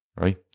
right